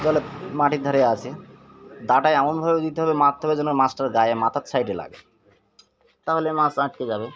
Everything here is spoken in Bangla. জলে মাটির ধারে আসে দাটা এমনভাবে দিতে হবে মারতে হবে যেন মাছটার গায়ে মাথার সাইডে লাগে তাহলে মাছ আটকে যাবে